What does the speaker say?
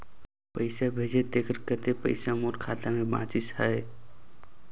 पइसा भेजे तेकर कतेक पइसा मोर खाता मे बाचिस आहाय?